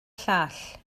llall